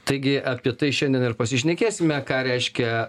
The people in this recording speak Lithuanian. taigi apie tai šiandien ir pasišnekėsime ką reiškia